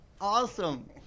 awesome